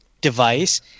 device